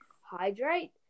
hydrate